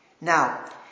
Now